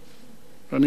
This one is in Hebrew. אני מצטט: